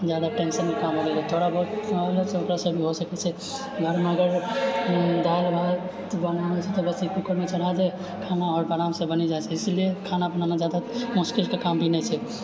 जादा टेन्शनके काम होवै है थोड़ा बहुत अबैसँ ओकरासँ भी हो सकै छै मगर दालि भात बनाबै छै तऽ बस कुकरमे चढ़ा दे खाना आओर आरामसँ बनि जाइ छै इसिलियै खाना बनाना ज्यादा मुश्किलके काम भी नही छै